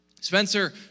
Spencer